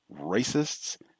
racists